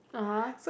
(uh huh)